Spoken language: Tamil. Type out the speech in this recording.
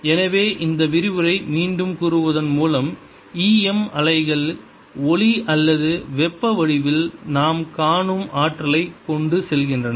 எனவே இந்த விரிவுரை மீண்டும் கூறுவதன் மூலம் e m அலைகள் ஒளி அல்லது வெப்ப வடிவில் நாம் காணும் ஆற்றலைக் கொண்டு செல்கின்றன